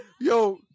Yo